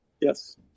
Yes